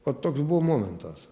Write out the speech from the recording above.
o toks buvo momentas